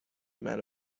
منو